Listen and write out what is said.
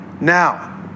Now